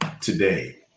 today